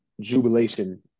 jubilation